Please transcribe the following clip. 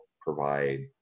provide